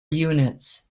units